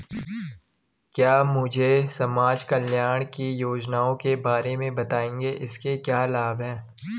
क्या मुझे समाज कल्याण की योजनाओं के बारे में बताएँगे इसके क्या लाभ हैं?